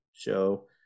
show